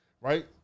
right